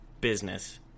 business